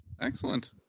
Excellent